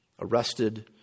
arrested